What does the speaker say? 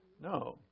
No